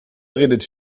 redet